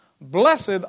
Blessed